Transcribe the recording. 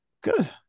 Good